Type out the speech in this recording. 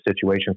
situation